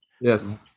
yes